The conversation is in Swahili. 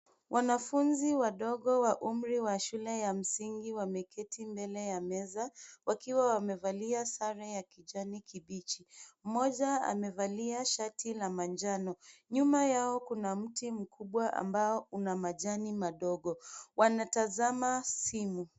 Wanafunzi wadogo wa umri wa shule ya msingi wameketi mbele ya meza, wakiwa wamevalia sare ya kijani kibichi. Mmoja amevalia shati la manjano. Nyuma yao kuna mti mkubwa ambao una majani madogo. Wanatazama simu.